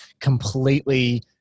completely